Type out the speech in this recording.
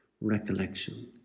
recollection